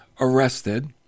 arrested